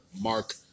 Mark